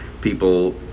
people